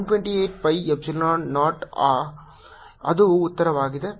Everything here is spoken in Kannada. ಆದ್ದರಿಂದ 128 pi ಎಪ್ಸಿಲಾನ್ 0 ಅದು ಉತ್ತರವಾಗಿದೆ